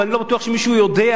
ואני לא בטוח שמישהו יודע.